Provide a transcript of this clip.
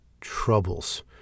Troubles